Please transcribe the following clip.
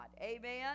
Amen